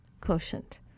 quotient